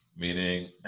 Meaning